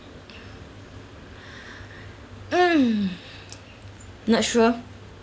mm not sure